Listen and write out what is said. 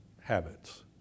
habits